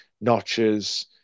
notches